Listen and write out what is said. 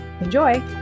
Enjoy